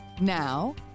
now